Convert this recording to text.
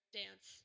dance